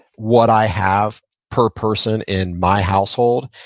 what i have per person in my household,